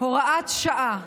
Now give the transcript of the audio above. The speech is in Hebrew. הוראת שעה).